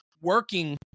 working